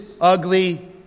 ugly